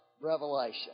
revelation